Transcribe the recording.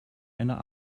einer